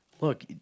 look